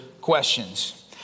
questions